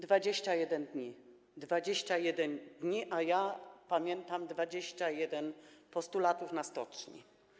21 dni, 21 dni, a ja pamiętam 21 postulatów na stoczni.